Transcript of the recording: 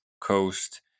Coast